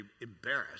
embarrassed